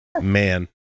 Man